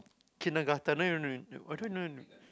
kindergarten no no no